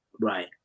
Right